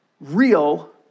Real